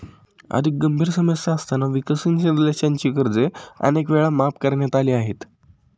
अधिक गंभीर समस्या असताना विकसनशील देशांची कर्जे अनेक वेळा माफ करण्यात आली आहेत